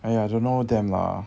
!aiya! don't know them lah